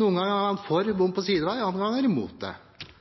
Noen ganger er man for